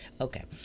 Okay